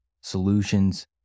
solutions